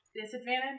Disadvantage